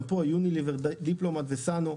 שמפו זה יוניליוור, דיפלומט וסנו.